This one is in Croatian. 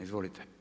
Izvolite.